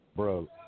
Bro